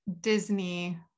Disney